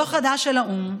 דוח חדש של האו"ם,